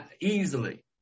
easily